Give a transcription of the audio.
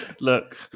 look